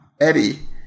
Eddie